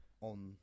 on